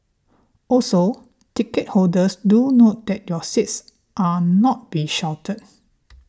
also ticket holders do note that your seats are not be sheltered